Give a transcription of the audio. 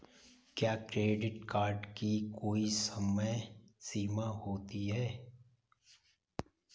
क्या credit card की कोई समय सीमा होती है?